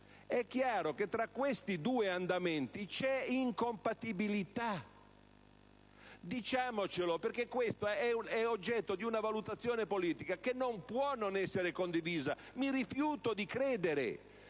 È chiaro che tra questi due andamenti c'è incompatibilità. Diciamocelo, perché questo è oggetto di una valutazione politica che non può non essere condivisa. Mi rifiuto di credere